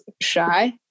shy